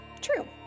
True